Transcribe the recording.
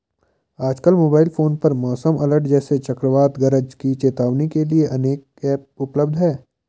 आजकल mobile phone पर मौसम अलर्ट जैसे चक्रवात गरज की चेतावनी के लिए अनेक ऐप उपलब्ध है